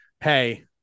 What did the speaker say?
Hey